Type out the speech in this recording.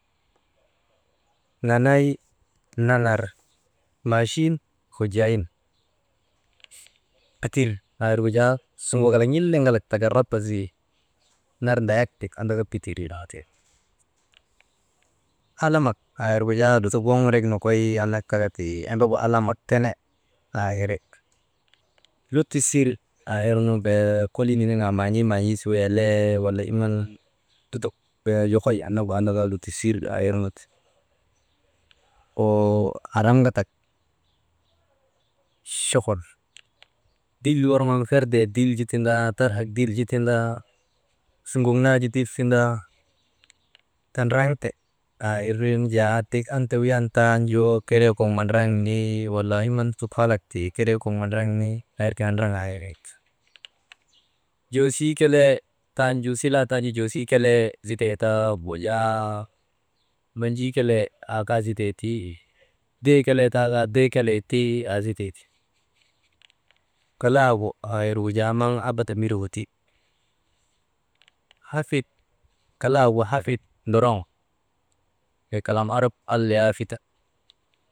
Nanay nanar maachin wa djayin, atir aa irgu jaa suŋok kalak n̰iliŋalak tika raba zii, nar ndayak tik andaka bitir a tir alamak aa ir gu jaa lutok woŋorek nokoy ta ka tii embegu alamak tene aa iri, lutisir aa irnu bee koli niniŋaa maan̰ii man̰ii su welee wala iman lutok bee yokoy anna gu andaka lutisir aa irnu ti. Araŋatak chokol dil worŋoonu ferdee dil ju tindaa tarhak dil ju tindaa, sunŋok naa ju dil tindaa, tandraŋte aa irnu jaa dek an tawiyan tan ju bee kok madraŋni wala imam lutokfalak ti keree kok mandraŋni, aa irkaa ndraŋaa irii ti, joosii kelee silaa tanju joosii kelee, zi tee taa wujaa, menjii kelee aa kaa zitee tii, dee kelee taa kaa dee kelee ti aa zitee ti. Kalaagu aa irgu jaa maŋ abada miregu ti, hafit, kalaagu hafit ndoroŋ bee kalam arab alla yahafidak.